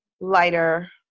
lighter